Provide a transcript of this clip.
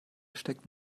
steckt